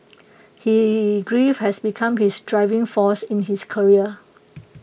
he grief has become his driving force in his career